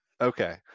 Okay